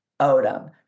Odom